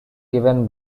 given